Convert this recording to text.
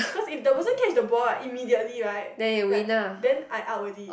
because if the person catch the ball right immediately right like then I out already